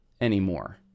anymore